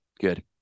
good